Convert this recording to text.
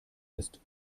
ist